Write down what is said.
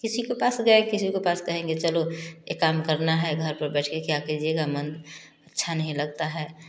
किसी के पास गए किसी के पास कहेंगे चलो एक काम करना है घर पर बैठके क्या कीजिएगा मन अच्छा नहीं लगता है